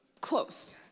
Close